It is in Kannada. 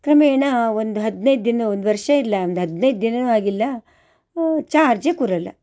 ಕ್ರಮೇಣ ಒಂದು ಹದಿನೈದು ದಿನ ಒಂದು ವರ್ಷ ಇಲ್ಲ ಒಂದು ಹದಿನೈದು ದಿನನೂ ಆಗಿಲ್ಲ ಚಾರ್ಜೇ ಕೂರೋಲ್ಲ